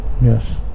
Yes